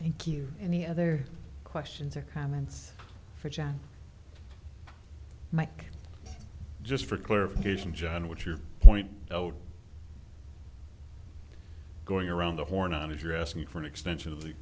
thank you any other questions or comments for john mike just for clarification john with your point going around the horn on if you're asking for an extension of the